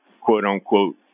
quote-unquote